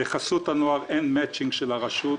לחסות הנוער אין מצ'ינג של הרשות.